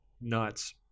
nuts